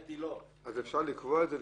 אפשר לקבוע את זה?